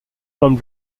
from